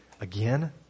again